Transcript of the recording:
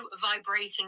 vibrating